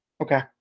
okay